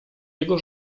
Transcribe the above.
jego